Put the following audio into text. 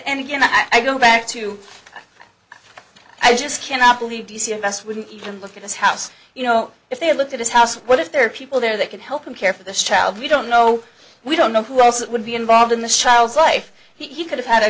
and again i go back to i just cannot believe d c invest wouldn't even look at this house you know if they looked at his house what if there are people there that can help him care for this child we don't know we don't know who else would be involved in this child's life he could have had a